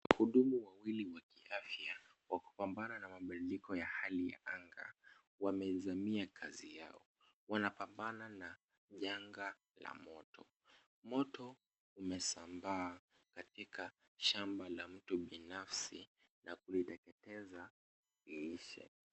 Wahudumu wawili wa kiafya, wa kupambana na mabadiliko ya hali ya anga, wamezamia kazi yao. Wanapambana na janga la moto. Moto umesambaa katika shamba la mtu binafsi na kuliteketeza liishe